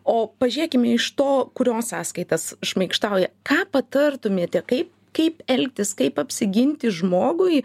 o pažėkime iš to kurio sąskaitas šmaikštauja ką patartumėte kai kaip elgtis kaip apsiginti žmogui